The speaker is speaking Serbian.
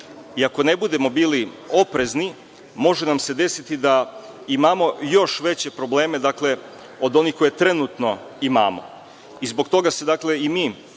i ako ne budemo bili oprezni, može nam se desiti da imamo još veće probleme od onih koje trenutno imamo i zbog toga se i mi